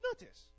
Notice